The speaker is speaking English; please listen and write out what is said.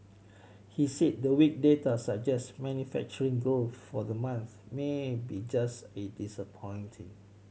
he said the weak data suggest manufacturing growth for the month may be just as disappointing